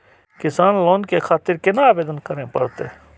किसान लोन के खातिर केना आवेदन करें परतें?